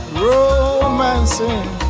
romancing